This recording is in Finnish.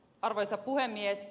arvoisa puhemies